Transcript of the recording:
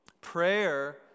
Prayer